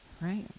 Right